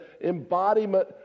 embodiment